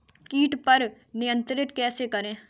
कीट पर नियंत्रण कैसे करें?